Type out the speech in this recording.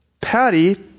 Patty